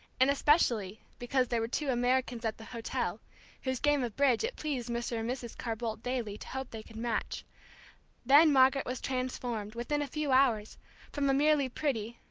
and especially because there were two americans at the hotel whose game of bridge it pleased mr. and mrs. carr-boldt daily to hope they could match then margaret was transformed within a few hours from a merely pretty,